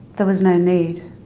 there was no need.